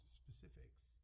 specifics